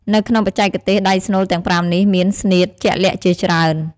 នៅក្នុងបច្ចេកទេសដៃស្នូលទាំងប្រាំនេះ មាន ស្នៀត ជាក់លាក់ជាច្រើន។